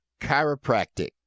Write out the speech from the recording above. chiropractic